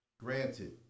Granted